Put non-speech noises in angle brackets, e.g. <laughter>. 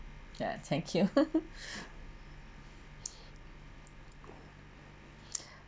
ya thank you <laughs>